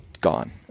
gone